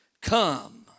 Come